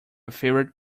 favourite